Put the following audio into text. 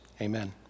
Amen